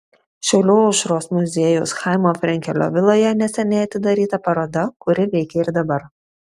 šiaulių aušros muziejaus chaimo frenkelio viloje neseniai atidaryta paroda kuri veikia ir dabar